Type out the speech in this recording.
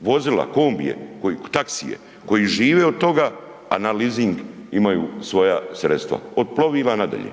vozila, kombije, taksije, koji žive od toga, a na leasing imaju svoja sredstva, od plovila nadalje?